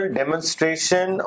demonstration